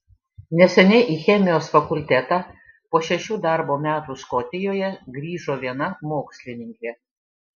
neseniai į chemijos fakultetą po šešerių darbo metų škotijoje grįžo viena mokslininkė